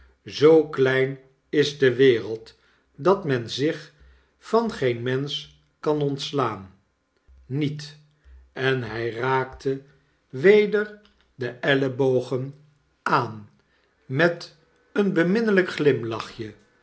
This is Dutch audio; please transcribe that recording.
zoo klein is de wereld dat men zich van geen mensch kan ontslaan niet en hij raakte weder de ellebogen obenkeizer treedt op aan met een beminnelijk glimlachje